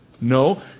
No